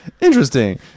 Interesting